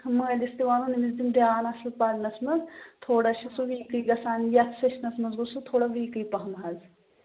مٲلِس تہِ وَنُن أمِس دِیُن دھیان اَصٕل پرنَس منٛز تھوڑا چھُ سُہ ویٖکٕے گژھان یَتھ سیشنَس منٛز گوٚو سُہ تھوڑا ویٖکٕے پَہم حظ